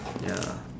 ya